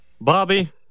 Bobby